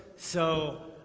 so